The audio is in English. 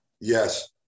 Yes